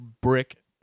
Brick